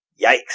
Yikes